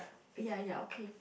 ya ya okay